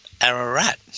Ararat